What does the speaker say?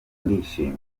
ndishimye